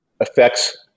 affects